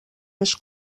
més